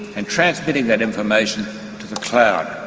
and transmitting that information to the cloud.